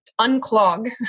unclog